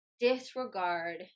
disregard